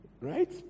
right